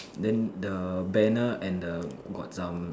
then the banner and the got some